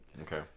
Okay